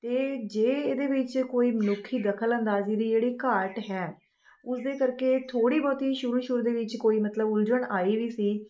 ਅਤੇ ਜੇ ਇਹਦੇ ਵਿੱਚ ਕੋਈ ਮਨੁੱਖੀ ਦਖਲ ਅੰਦਾਜ਼ੀ ਦੀ ਜਿਹੜੀ ਘਾਟ ਹੈ ਉਸ ਦੇ ਕਰਕੇ ਥੋੜ੍ਹੀ ਬਹੁਤੀ ਸ਼ੁਰੂ ਸ਼ੁਰੂ ਦੇ ਵਿੱਚ ਕੋਈ ਮਤਲਬ ਉਲਝਣ ਆਈ ਵੀ ਸੀ